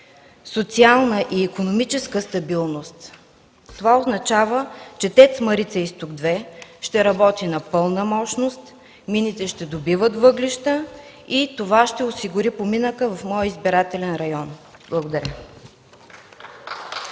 социална и икономическа стабилност. Това означава, че ТЕЦ „Марица изток 2” ще работи на пълна мощност, мините ще добиват въглища и това ще осигури поминъка в моя избирателен район. Благодаря.